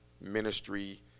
ministry